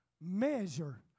measure